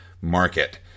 market